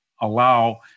allow